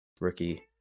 rookie